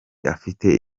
afite